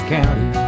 County